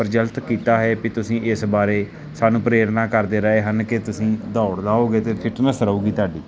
ਪਰਚਲਤ ਕੀਤਾ ਹੈ ਭਈ ਤੁਸੀਂ ਇਸ ਬਾਰੇ ਸਾਨੂੰ ਪ੍ਰੇਰਨਾ ਕਰਦੇ ਰਹੇ ਹਨ ਕਿ ਤੁਸੀਂ ਦੌੜ ਲਾਓਗੇ ਤਾਂ ਫਿਟਨੈਸ ਰਹੇਗੀ ਤੁਹਾਡੀ